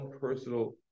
personal